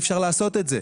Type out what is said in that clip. אי אפשר לעשות את זה.